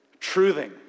truthing